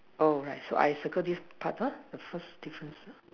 oh right so I circle this part ah the first difference